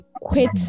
quit